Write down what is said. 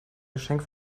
geschenk